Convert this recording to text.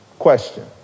question